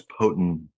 potent